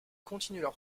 continuent